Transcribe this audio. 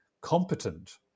competent